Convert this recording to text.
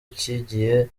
kigiye